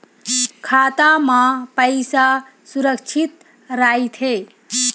खाता मा पईसा सुरक्षित राइथे?